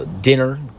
dinner